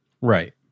Right